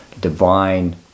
divine